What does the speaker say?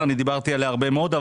דיברתי עליה הרבה מאוד,